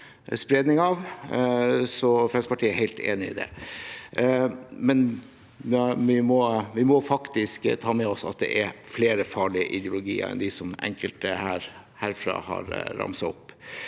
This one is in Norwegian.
er helt enig i det, men vi må faktisk ta med oss at det er flere farlige ideologier enn dem enkelte her har ramset opp.